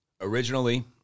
Originally